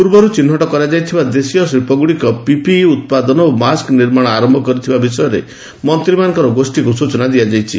ପୂର୍ବରୁ ଚିହ୍ନଟ କରାଯାଇଥିବା ଦେଶୀୟ ଶିଳ୍ପଗୁଡ଼ିକ ପିପିଇ ଉତ୍ପାଦନ ଓ ମାସ୍କ୍ ନିର୍ମାଣ ଆରମ୍ଭ କରିଥିବା ବିଷୟରେ ମନ୍ତ୍ରୀମାନଙ୍କ ଗୋଷ୍ଠୀକୁ ସୂଚନା ଦିଆଯାଇଛି